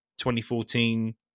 2014